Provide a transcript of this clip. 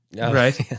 Right